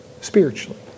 Spiritually